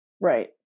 right